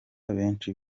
benshi